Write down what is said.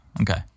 Okay